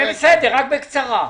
בסדר, רק בקצרה.